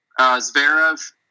Zverev